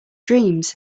dreams